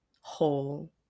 whole